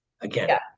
Again